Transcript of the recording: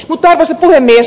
arvoisa puhemies